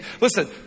Listen